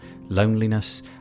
loneliness